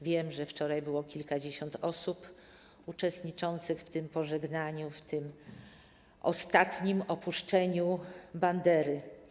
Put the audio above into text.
Wiem, że wczoraj kilkadziesiąt osób uczestniczyło w tym pożegnaniu, w tym ostatnim opuszczeniu bandery.